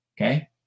Okay